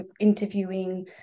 interviewing